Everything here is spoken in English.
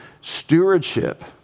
stewardship